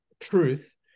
truth